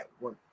work